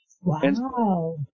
Wow